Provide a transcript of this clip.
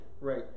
Right